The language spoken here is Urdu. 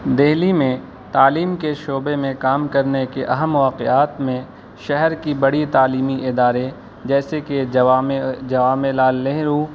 دہلی میں تعلیم کے شعبے میں کام کرنے کے اہم موقعات میں شہر کی بڑی تعلیمی ادراے جیسے کہ جوامع جوامع لال نہرو